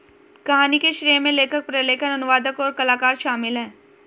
कहानी के श्रेय में लेखक, प्रलेखन, अनुवादक, और कलाकार शामिल हैं